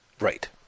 right